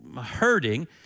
hurting